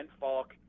falk